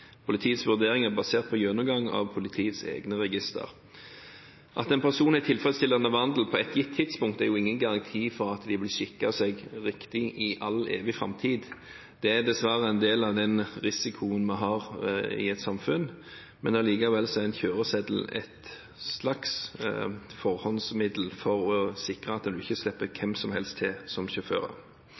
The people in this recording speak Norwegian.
Politiets vurdering er basert på gjennomgang av politiets egne registre. At en person har tilfredsstillende vandel på et gitt tidspunkt, er ingen garanti for at man vil skikke seg riktig i all framtid. Det er dessverre noe av risikoen vi har i et samfunn, men allikevel er en kjøreseddel et slags forhåndsmiddel for å sikre at man ikke slipper hvem som helst til som